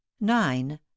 nine